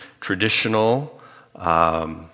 traditional